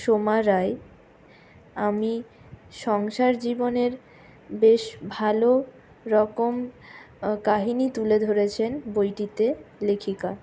সোমা রায় আমি সংসার জীবনের বেশ ভালোরকম কাহিনি তুলে ধরেছেন বইটিতে লেখিকা